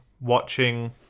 watching